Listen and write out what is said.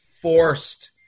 forced